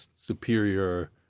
superior